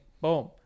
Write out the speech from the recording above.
Boom